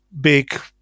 big